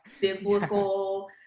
biblical